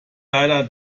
leider